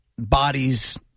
Bodies